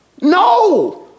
no